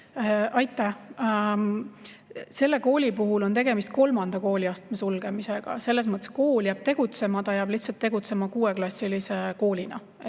Aitäh! Selle kooli puhul on tegemist kolmanda kooliastme sulgemisega. Kool jääb tegutsema, ta jääb lihtsalt tegutsema kuueklassilise koolina.